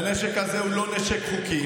והנשק הזה הוא לא נשק חוקי.